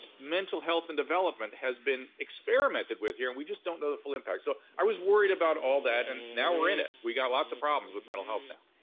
mental health and development has been experimented with here and we just don't know the full impact. so, i was worried about all that and now we're in it. we got lots of problems with mental health now.